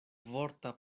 vorta